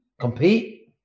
compete